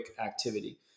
activity